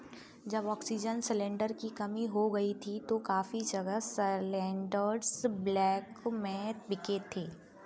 जब oxygen cylinder की कमी हो गई थी तो काफी जगह सिलेंडरस ब्लैक में बिके थे